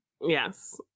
Yes